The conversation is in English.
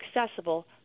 accessible